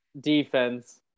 defense